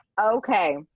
Okay